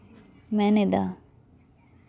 ᱢᱮᱱᱮᱫᱟ